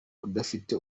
udafite